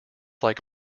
like